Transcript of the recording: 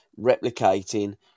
replicating